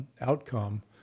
outcome